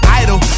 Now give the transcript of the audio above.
idol